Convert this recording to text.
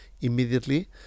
immediately